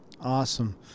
Awesome